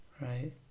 right